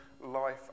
life